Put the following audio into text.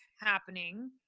happening